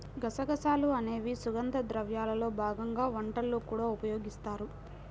గసగసాలు అనేవి సుగంధ ద్రవ్యాల్లో భాగంగా వంటల్లో కూడా ఉపయోగిస్తారు